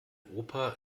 opa